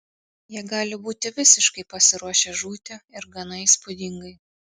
jie gali būti visiškai pasiruošę žūti ir gana įspūdingai